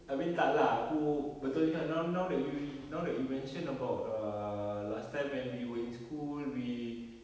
I mean tak lah aku betul juga now now that you now that you mention about err last time when we were in school we